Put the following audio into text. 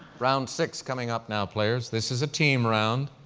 round six coming up now, players. this is a team round.